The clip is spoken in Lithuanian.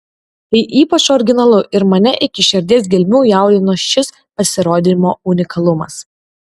tai ypač originalu ir mane iki širdies gelmių jaudino šis pasirodymo unikalumas